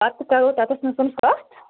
پَتہٕ کَرو تَتیٚتھ نَس کتھ